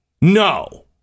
no